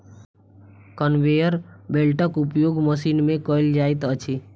conveyor बेल्टक उपयोग machine मे कयल जाइत अछि